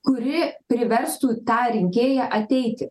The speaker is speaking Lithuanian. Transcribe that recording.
kuri priverstų tą rinkėją ateiti